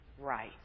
right